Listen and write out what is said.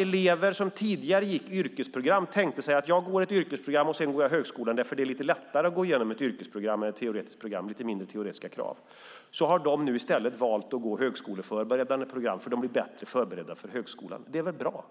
Elever som tidigare gick yrkesprogram kanske tänkte: Jag går ett yrkesprogram, och sedan går jag till högskolan. Det är nämligen lite lättare att gå igenom ett yrkesprogram än ett teoretiskt program, för det är lite mindre teoretiska krav. Nu har de i stället valt att gå högskoleförberedande program. De blir nämligen bättre förberedda för högskolan. Det är väl bra?